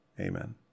Amen